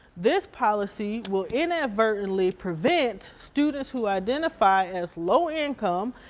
this policy will inadvertently prevent students who identify as low income,